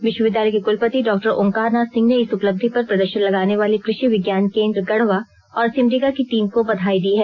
विश्वविद्यालय के कुलपति डॉक्टर ओंकारनाथ सिंह ने इस उपलब्धि पर प्रदर्शन लगाने वाले कृषि विज्ञान केन्द्र गढ़वा और सिमडेगा की टीम को बधाई दी है